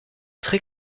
très